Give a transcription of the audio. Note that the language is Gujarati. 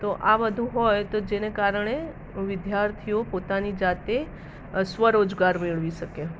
તો આ બધું હોય તો જેને કારણે વિદ્યાર્થીઓ પોતાની જાતે સ્વ રોજગાર મેળવી શકે